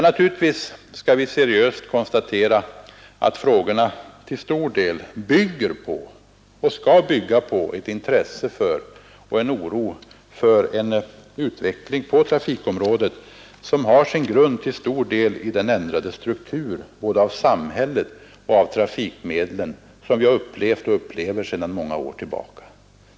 Naturligtvis skall vi seriöst konstatera, att frågorna till stor del bygger på och skall bygga på ett intresse för och en oro för den utveckling på trafikområdet, som till stor del har sin grund i den ändrade struktur både av samhället och av trafikmedlen som vi har upplevat och upplever sedan många år tillbaka.